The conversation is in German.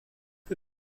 für